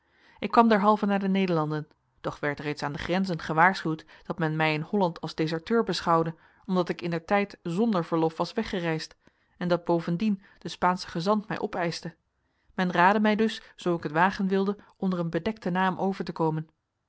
ik kwam derhalve naar de nederlanden doch werd reeds aan de grenzen gewaarschuwd dat men mij in holland als deserteur beschouwde omdat ik indertijd zonder verlof was weggereisd en dat bovendien de spaansche gezant mij opeischte men raadde mij dus zoo ik het wagen wilde onder een bedekten naam over te komen